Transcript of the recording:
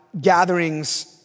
gatherings